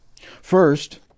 First